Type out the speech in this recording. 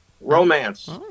Romance